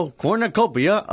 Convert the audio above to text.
cornucopia